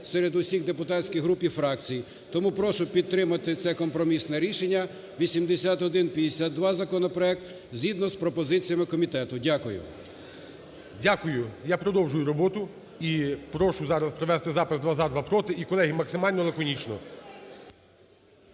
серед усіх депутатських груп і фракцій. Тому прошу підтримати це компромісне рішення 8152 законопроект, згідно з пропозиціями комітету. Дякую. ГОЛОВУЮЧИЙ. Дякую. Я продовжую роботу. І прошу зараз провести запис: два – за, два – проти. І, колеги, максимально й лаконічно.